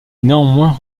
néanmoins